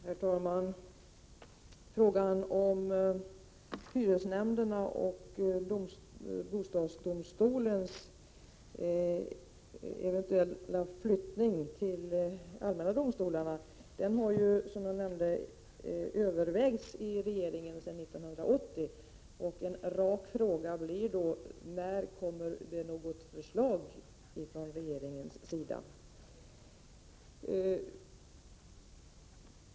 Herr talman! Frågan om hyresnämndernas och bostadsdomstolens eventuella flyttning till de allmänna domstolarna har, som jag nämnde, övervägts i regeringen sedan 1980. En rak fråga blir då när det kommer något förslag från regeringens sida.